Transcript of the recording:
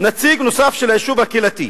נציג נוסף של היישוב הקהילתי".